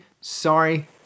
Sorry